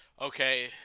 okay